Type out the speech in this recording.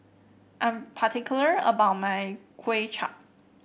I'm particular about my Kuay Chap